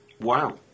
Wow